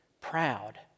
proud